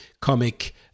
comic